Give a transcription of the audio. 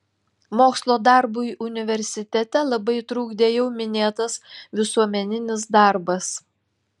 mokslo darbui universitete labai trukdė jau minėtas visuomeninis darbas